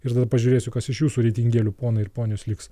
ir tada pažiūrėsiu kas iš jūsų reitingėlių ponai ir ponios liks